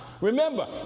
Remember